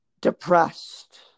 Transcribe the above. depressed